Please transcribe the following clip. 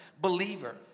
believer